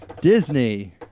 Disney